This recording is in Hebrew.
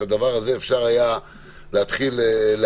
את הדבר הזה היה אפשר להתחיל לארגן.